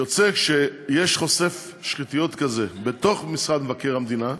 יוצא שיש חושף שחיתויות כזה בתוך משרד מבקר המדינה,